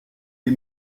les